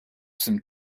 some